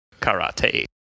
Karate